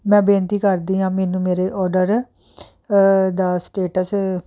ਮੈਂ ਬੇਨਤੀ ਕਰਦੀ ਹਾਂ ਮੈਨੂੰ ਮੇਰੇ ਓਡਰ ਦਾ ਸਟੇਟਸ